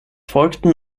folgten